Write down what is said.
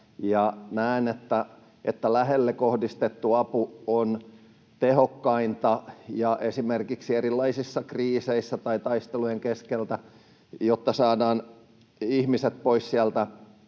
näen, että lähelle kohdistettu apu on tehokkainta. Esimerkiksi erilaisissa kriiseissä tai taistelujen keskellä, jotta saadaan ihmiset pois sieltä